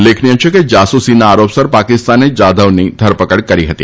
ઉલ્લેખનિય છે કે જાસૂસીના આરોપસર પાકિસ્તાને જાધવની ધરપકડ કરી હતી